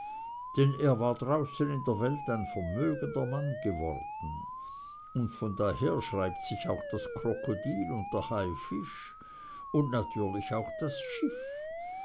denn er war draußen in der welt ein vermögender mann geworden und von daher schreibt sich auch das krokodil und der haifisch und natürlich auch das schiff